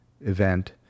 event